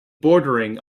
bordering